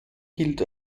gilt